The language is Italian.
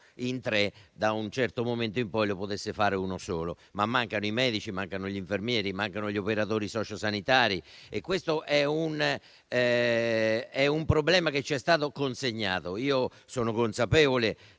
tre, da un certo momento in poi lo potesse fare uno solo. Mancano i medici, ma mancano anche gli infermieri e gli operatori sociosanitari e questo è un problema che ci è stato consegnato.